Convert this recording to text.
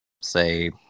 say